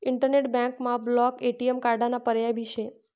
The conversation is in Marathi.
इंटरनेट बँकमा ब्लॉक ए.टी.एम कार्डाना पर्याय भी शे